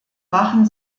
machen